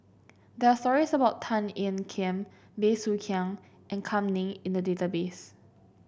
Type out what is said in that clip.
there are stories about Tan Ean Kiam Bey Soo Khiang and Kam Ning in the database